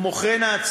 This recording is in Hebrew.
כמו כן,